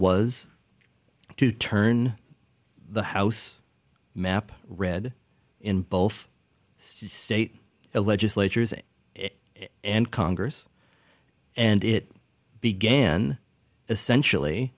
was to turn the house map read in both state legislatures and congress and it began essentially